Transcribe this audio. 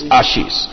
ashes